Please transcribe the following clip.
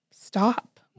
stop